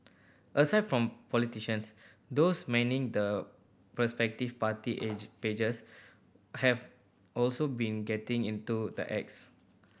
aside from politicians those manning the respective party age pages have also been getting into the acts